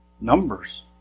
Numbers